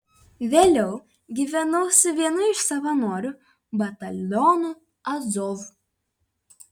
vėliau gyvenau su vienu iš savanorių batalionų azov